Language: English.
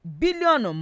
billion